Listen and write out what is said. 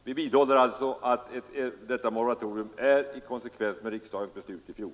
Vi vidhåller alltså att ett sådant moratorium som vi föreslår är i konsekvens med riksdagens beslut i fjol.